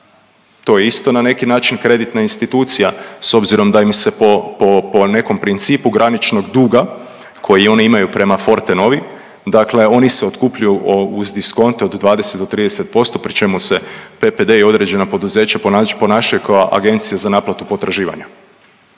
To je isto na neki način kreditna institucija s obzirom da im se po nekom principu graničnog duga koji oni imaju prema Fortenovi dakle oni se otkupljuju uz diskonte od 20 do 30% pri čemu se PPD i određena poduzeća ponašaju kao agencije za naplatu potraživanja.